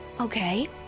Okay